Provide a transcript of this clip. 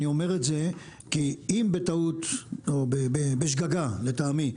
אני אומר את זה כי אם בטעות או בשגגה לטעמי,